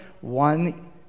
one